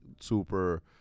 super